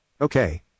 Okay